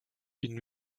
une